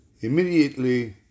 Immediately